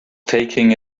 taking